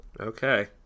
Okay